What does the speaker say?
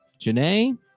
Janae